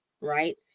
right